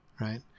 right